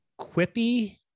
quippy